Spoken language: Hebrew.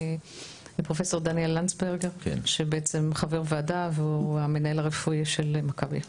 פרופ' דניאל לנדסברגר שבעצם חבר ועדה והוא המנהל הרפואי של מכבי.